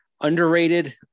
underrated